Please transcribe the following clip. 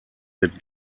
wird